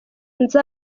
sinzi